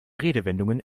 redewendungen